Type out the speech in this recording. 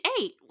eight